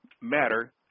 matter